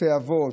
בתי אבות,